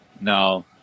No